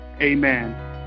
amen